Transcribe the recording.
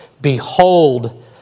behold